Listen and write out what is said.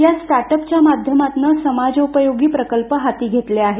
या startup च्या माध्यमातून समाजोपयोगी प्रकल्प हाती घेतले आहेत